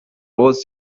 ross